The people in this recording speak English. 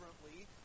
differently